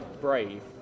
brave